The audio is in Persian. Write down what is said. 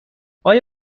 آیا